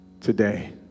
today